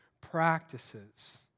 practices